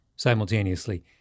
simultaneously